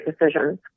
decisions